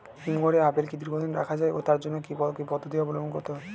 হিমঘরে আপেল কি দীর্ঘদিন রাখা যায় ও তার জন্য কি কি পদ্ধতি অবলম্বন করতে হবে?